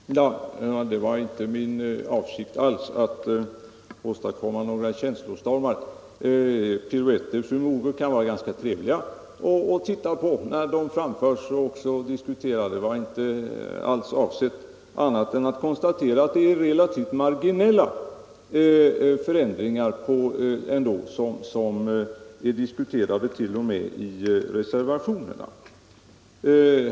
Herr talman! Det var inte alls min avsikt att åstadkomma några känslostormar. Piruetter, fru Mogård, kan vara ganska trevliga att titta på när de framförs. Min avsikt var bara att konstatera att det är relativt marginella förändringar som diskuteras t.o.m. i reservationerna.